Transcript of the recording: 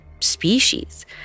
species